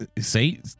See